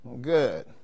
Good